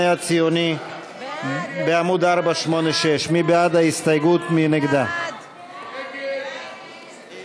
הציוני בעמוד 486. ההסתייגות של קבוצת סיעת המחנה